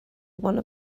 wanna